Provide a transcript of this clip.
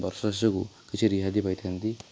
ବର୍ଷ ଶେଷକୁ କିଛି ରିହାତି ପାଇଥାନ୍ତି